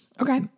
Okay